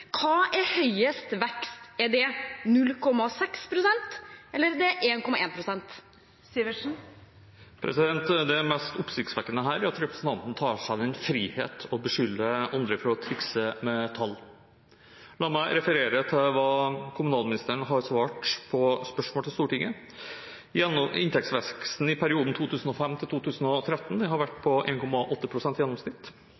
Hva er høyest vekst – er det 0,6 pst., eller er det 1,1 pst. Det mest oppsiktsvekkende her er at representanten tar seg den frihet å beskylde andre for å trikse med tall. La meg referere til det kommunalministeren har svart på spørsmål til Stortinget, at inntektsveksten i perioden 2005–2013 har vært